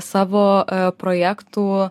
savo projektų